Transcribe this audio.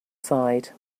side